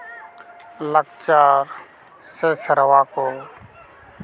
ᱞᱟᱠᱪᱟᱨ ᱥᱮ ᱥᱮᱨᱣᱟ ᱠᱚ